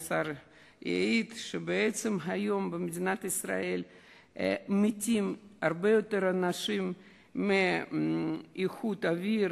המסר שאני מבקש להעלות מעל